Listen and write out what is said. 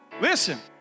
Listen